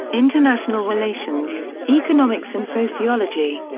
international relations, economics and sociology.